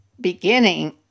beginning